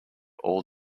all